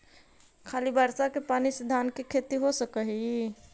खाली बर्षा के पानी से धान के खेती हो सक हइ?